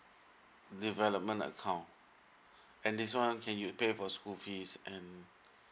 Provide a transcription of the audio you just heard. development account and this one can we pay for school fee and